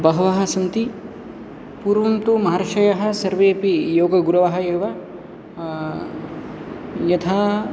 बहवः सन्ति पूर्वं तु महर्षयः सर्वेऽपि योगगुरवः एव यथा